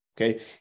okay